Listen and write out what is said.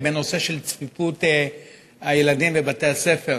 הנושא של צפיפות הילדים בבתי-הספר.